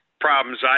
problems